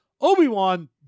Obi-Wan